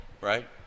right